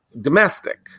domestic